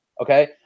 Okay